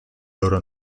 loro